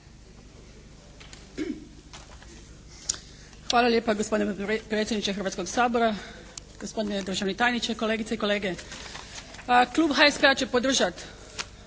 Hvala lijepa gospodine potpredsjedniče Hrvatskog sabora. Gospodine državni tajniče, kolegice i kolege. Klub HSP-a će podržati